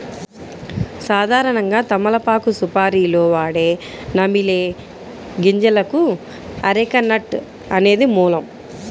సాధారణంగా తమలపాకు సుపారీలో వాడే నమిలే గింజలకు అరెక నట్ అనేది మూలం